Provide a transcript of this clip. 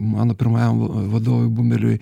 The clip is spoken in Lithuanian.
mano pirmajam vadovui bumeliui